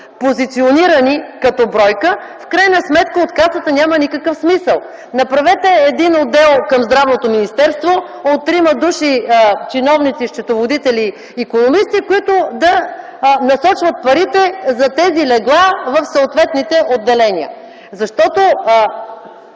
позиционирани като бройка, в крайна сметка от Касата няма никакъв смисъл! Направете един отдел към Здравното министерство от трима души – чиновници, счетоводители, икономисти, които да насочват парите за тези легла в съответните отделения.